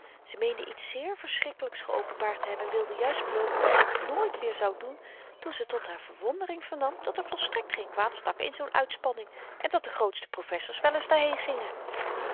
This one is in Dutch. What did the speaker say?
ze meende iets zeer verschrikkelyks geopenbaard te hebben en wilde juist beloven dat ze t nooit weer zou doen toen ze tot haar verwondering vernam dat er volstrekt geen kwaad stak in zoo'n uitspanning en dat de grootste professers wel eens daarheen gingen